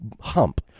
hump